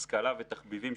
השכלה ותחביבים,